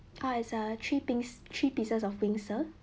oh it's a three things three pieces of wings sir